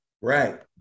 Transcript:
Right